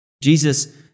Jesus